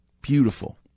Beautiful